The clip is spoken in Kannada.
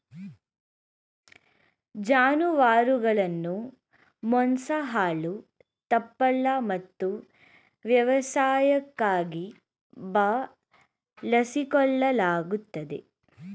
ಜಾನುವಾರುಗಳನ್ನು ಮಾಂಸ ಹಾಲು ತುಪ್ಪಳ ಮತ್ತು ವ್ಯವಸಾಯಕ್ಕಾಗಿ ಬಳಸಿಕೊಳ್ಳಲಾಗುತ್ತದೆ